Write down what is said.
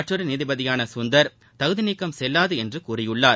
மற்றொரு நீதிபதியான சுந்தர் தகுதி நீக்கம் செல்லாது என்று கூறியுள்ளார்